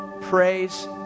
praise